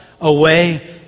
away